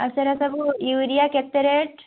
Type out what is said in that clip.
ଆଉ ସେରା ସବୁ ୟୁରିଆ କେତେ ରେଟ୍